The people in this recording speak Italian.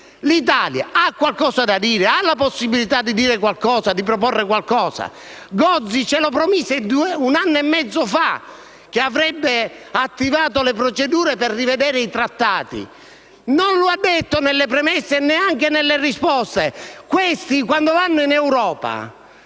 l'Italia ha qualcosa da dire, ha la possibilità di dire e di proporre qualcosa? Il sottosegretario Gozi, un anno e mezzo fa, ci promise che avrebbe attivato le procedure per rivedere i Trattati. Ma non l'ha detto nelle premesse e neanche nelle risposte. Questi, quando vanno in Europa,